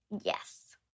yes